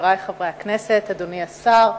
חברי חברי הכנסת, אדוני השר,